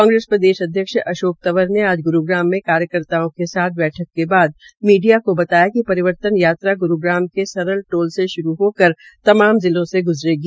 कांग्रेस प्रदेश अध्यक्ष अशोक तंवर ने आज ग्रूग्राम में कार्यकर्ताओं के साथ बैठक के बाद मीडिया को बताया कि रिवर्तन यात्रा ग्रूग्राम के सरल टोल से श्रू हो कर तमाम जिलों से ग्रेगी